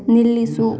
ನಿಲ್ಲಿಸು